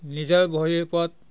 নিজৰ ভৰিৰ ওপৰত